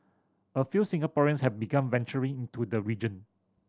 a few Singaporeans have begun venturing into the region